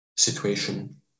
situation